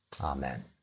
Amen